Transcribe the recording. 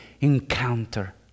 encounter